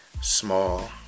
Small